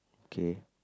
K